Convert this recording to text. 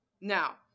Now